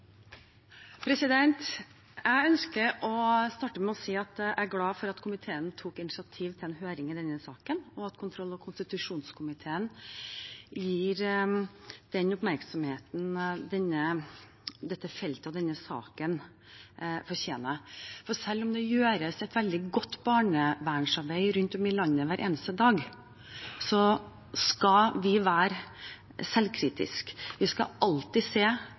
behov. Jeg ønsker å starte med å si at jeg er glad for at komiteen tok initiativ til en høring i denne saken, og at kontroll- og konstitusjonskomiteen gir dette feltet og denne saken den oppmerksomheten det fortjener. For selv om det gjøres et veldig godt barnevernsarbeid rundt om i landet hver eneste dag, skal vi være selvkritiske. Vi skal alltid se